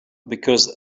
because